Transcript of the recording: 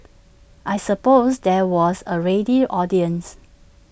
I suppose there was A ready audience